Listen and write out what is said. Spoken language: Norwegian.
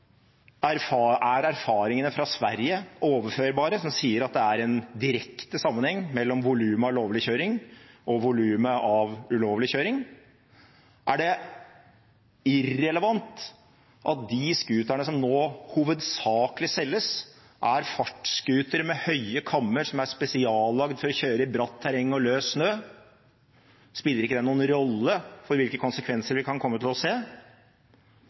høringsuttalelse? Er erfaringene fra Sverige, som sier at det er en direkte sammenheng mellom volumet av lovlig kjøring og volumet av ulovlig kjøring, overførbare? Er det irrelevant at de scooterne som nå hovedsakelig selges, er fartsscootere med høye kammer som er spesiallagd for å kjøre i bratt terreng og løs snø – spiller ikke det noen rolle for hvilke konsekvenser vi kan komme til å se?